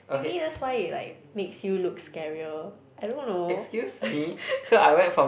maybe that's why it like makes you look scarier I don't know